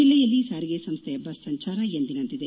ಜೆಲ್ಲೆಯಲ್ಲಿ ಸಾರಿಗೆ ಸಂಸ್ಥೆಯ ಬಸ್ ಸಂಚಾರ ಎಂದಿನಂತಿದೆ